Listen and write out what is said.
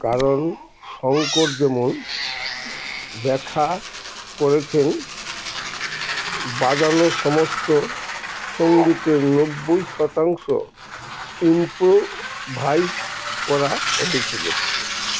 কারণ শঙ্কর যেমন ব্যাখা করেছেন বাজানো সমস্ত সঙ্গীতের নব্বই শতাংশ ইমপ্রোভাইজ করা হয়েছিলো